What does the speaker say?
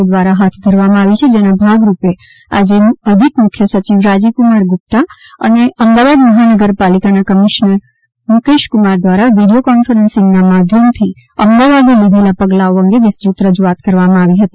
ઓ દ્વારા હાથ ધરવામાં આવી છે જેના ભાગરૂપે આજે અધિક મુખ્ય સચિવ રાજીવ કુમાર ગુપ્તા અને અમદાવાદ મહાનગરપાલિકાના કમિશનર મુકેશ કુમાર દ્વારા વિડીયો કોન્ફરન્સિંગના માધ્યમથી અમદાવાદે લીઘેલા પગલાઓ અંગે વિસ્તૃત રજૂઆત કરવામાં આવી હતી